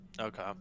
okay